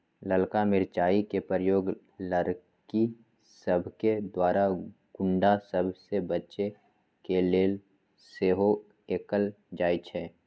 ललका मिरचाइ के प्रयोग लड़कि सभके द्वारा गुण्डा सभ से बचे के लेल सेहो कएल जाइ छइ